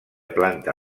planta